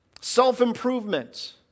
Self-improvement